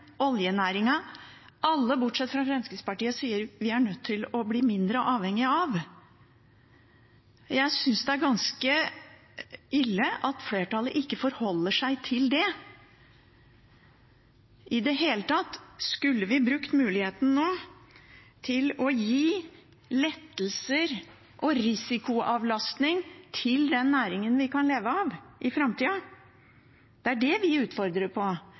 alle bortsett fra Fremskrittspartiet sier vi er nødt til å bli mindre avhengig av. Jeg synes det er ganske ille at flertallet ikke forholder seg til det i det hele tatt. Skulle vi brukt muligheten nå til å gi lettelser og risikoavlastning til den næringen vi kan leve av i framtida? Det er det vi utfordrer på.